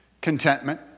Contentment